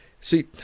See